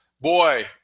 boy